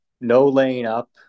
no-laying-up